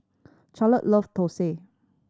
Charlotte love thosai